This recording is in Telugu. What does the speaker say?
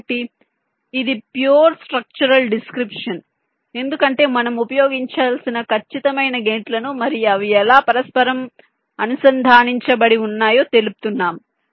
కాబట్టి ఇది ప్యూర్ స్ట్రక్చరల్ డిస్క్రిప్షన్ ఎందుకంటే మనం ఉపయోగించాల్సిన ఖచ్చితమైన గేట్లను మరియు అవి ఎలా పరస్పరం అనుసంధానించబడి ఉన్నాయో తెలుపుతున్నాము